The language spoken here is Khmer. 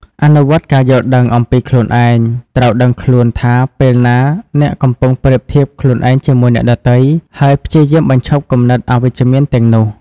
អនុវត្តការយល់ដឹងអំពីខ្លួនឯង ត្រូវដឹងខ្លួនថាពេលណាអ្នកកំពុងប្រៀបធៀបខ្លួនឯងជាមួយអ្នកដទៃ ហើយព្យាយាមបញ្ឈប់គំនិតអវិជ្ជមានទាំងនោះ។